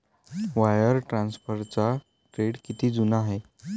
Wire ट्रान्सफरचा trend किती जुना आहे?